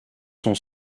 sont